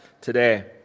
today